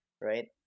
right